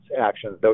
actions